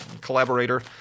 collaborator